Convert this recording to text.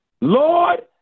Lord